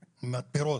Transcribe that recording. פירות,